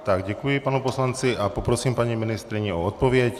Tak děkuji panu poslanci a poprosím paní ministryni o odpověď.